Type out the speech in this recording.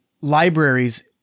libraries